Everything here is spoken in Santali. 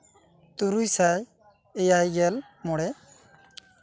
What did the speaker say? ᱛᱩᱨᱩᱭ ᱥᱟᱭ ᱮᱭᱟᱭ ᱜᱮᱞ ᱢᱚᱬᱮ